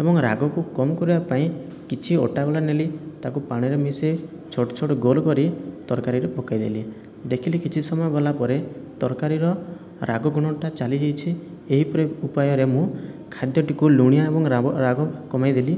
ଏବଂ ରାଗକୁ କମ କରିବା ପାଇ କିଛି ଅଟା ଗୁଳା ନେଲି ତାକୁ ପାଣିରେ ମିଶେଇ ଛୋଟ ଛୋଟ ଗୋଲ କରି ତରକାରୀରେ ପକେଇଦେଲି ଦେଖିଲି କିଛି ସମୟ ଗଲା ପରେ ତରକାରୀର ରାଗ ଗୁଣଟା ଚାଲି ଯାଇଛି ଏହିପରି ଉପାୟରେ ମୁଁ ଖାଦ୍ୟଟିକୁ ଲୁଣିଆ ଏବଂ ରାଗ କମେଇଦେଲି